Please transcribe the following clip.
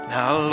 Now